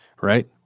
right